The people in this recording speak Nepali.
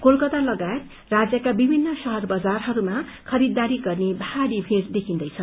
कोलकाता लगायत राज्यका विभिन्न शहर बजारहरूमा खरीदारी गर्ने भारी भीड़ देखिन्दैछ